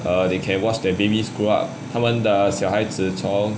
err they can watch their babies grow up 他们的小孩子从